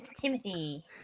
Timothy